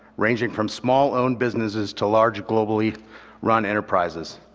ranging from small-owned businesses to large globally run enterprises.